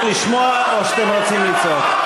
או שאתם רוצים לצעוק?